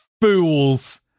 fools